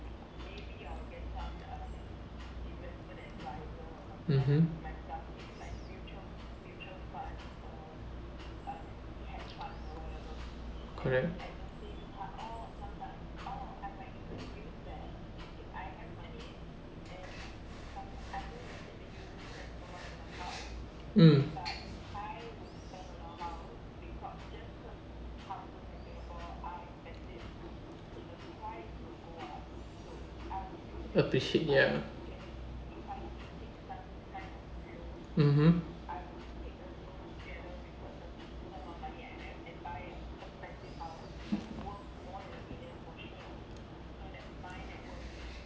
mmhmm correct mm appreciate ya mmhmm